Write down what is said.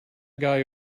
guy